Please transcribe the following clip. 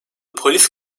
polis